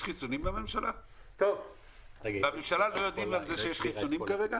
בממשלה לא יודעים על זה שיש חיסונים כרגע?